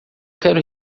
quero